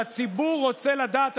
והציבור רוצה לדעת,